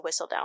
Whistledown